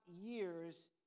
years